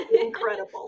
incredible